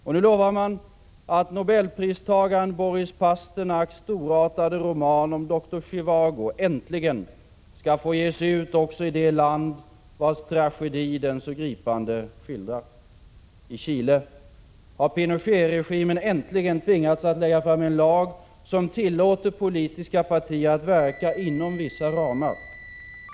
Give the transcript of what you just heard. Och nu lovar man, att nobelpristagaren Boris Pasternaks storartade roman om Doktor Zjivago äntligen skall få ges ut i det land vars tragedi den så gripande skildrar. I Chile har Pinochet-regimen äntligen tvingats att lägga fram en lag som tillåter politiska partier att verka inom vissa ramar.